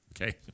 okay